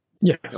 Yes